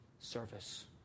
service